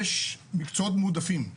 יש מקצועות מועדפים.